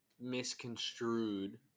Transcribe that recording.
misconstrued